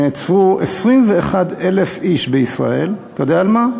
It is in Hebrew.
נעצרו 21,000 איש בישראל, אתה יודע על מה?